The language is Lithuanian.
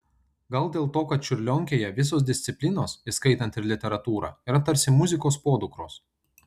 gal dėl to kad čiurlionkėje visos disciplinos įskaitant ir literatūrą yra tarsi muzikos podukros